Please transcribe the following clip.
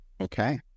Okay